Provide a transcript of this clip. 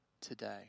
today